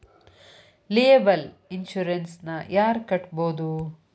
Liable insurance ನ ಯಾರ್ ಕಟ್ಬೊದು?